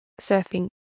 surfing